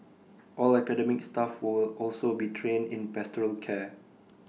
all academic staff will also be trained in pastoral care